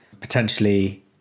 potentially